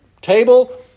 table